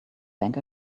bank